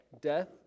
death